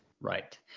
Right